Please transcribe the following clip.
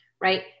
Right